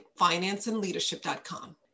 financeandleadership.com